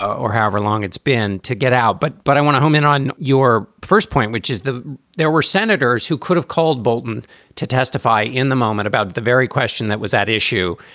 or however long it's been to get out. but but i want to hone in on your first point, which is that there were senators who could have called bolton to testify in the moment about the very question that was at issue.